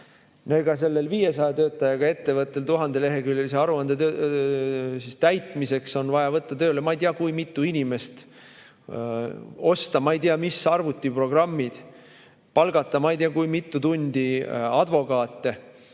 No ka sellel 500 töötajaga ettevõttel on 1000‑leheküljelise aruande täitmiseks vaja võtta tööle ei tea kui mitu inimest, osta ei tea mis arvutiprogrammid, palgata ei tea kui mitmeks tunniks advokaate,